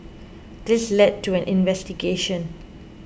this led to an investigation